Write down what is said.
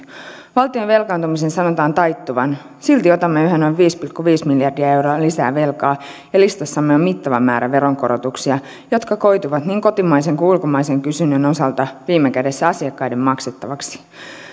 valtion velkaantumisen sanotaan taittuvan silti otamme yhä noin viisi pilkku viisi miljardia euroa lisää velkaa ja listassamme on mittava määrä veronkorotuksia jotka koituvat niin kotimaisen kuin ulkomaisenkin kysynnän osalta viime kädessä asiakkaiden maksettavaksi